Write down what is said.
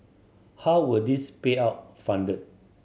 how were these payout funded